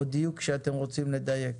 הודיעו כשאתם רוצים לדייק.